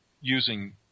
using